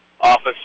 office